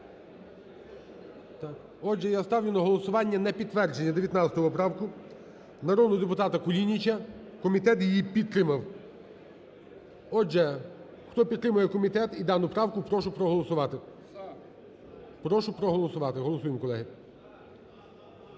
Отже, я ставлю на голосування, на підтвердження 19 поправки народного депутата Кулініча. Комітет її підтримав. Отже, хто підтримує комітет і дану правку, прошу проголосувати. Прошу проголосувати. Голосуємо, колеги.